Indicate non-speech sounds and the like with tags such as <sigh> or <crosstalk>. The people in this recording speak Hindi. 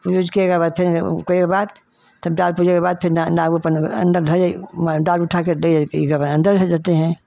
उज उजके क बाद फेन जब उकरे बाद तब डाल पूजा के बाद फिन नाग उ अपन अंडर ध जाई म डाल उठा के <unintelligible> अंदर से देते हैं